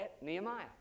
Nehemiah